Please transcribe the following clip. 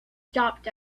stopped